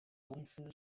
公司